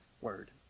word